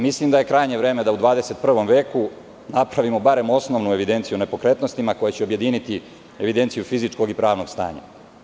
Mislim da je krajnje vreme da u 21. veku napravimo barem osnovnu evidenciju o nepokretnostima, koja će objediniti evidenciju fizičkog i pravnog stanja.